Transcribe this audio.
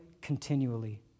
continually